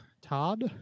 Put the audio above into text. Todd